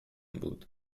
بود